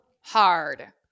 hard